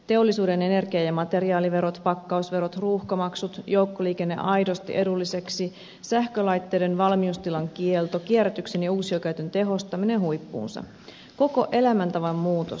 teollisuuden energia ja materiaaliverot pakkausverot ruuhkamaksut joukkoliikenne aidosti edulliseksi sähkölaitteiden valmiustilan kielto kierrätyksen ja uusiokäytön tehostaminen huippuunsa koko elämäntavan muutos